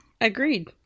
Agreed